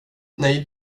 nej